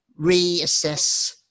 reassess